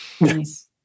Nice